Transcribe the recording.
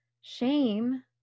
Shame